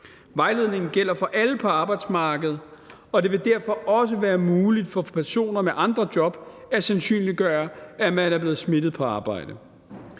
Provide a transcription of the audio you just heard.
Vejledningen gælder for alle på arbejdsmarkedet, og det vil derfor også være muligt for personer med andre job at sandsynliggøre, at man er blevet smittet på arbejde.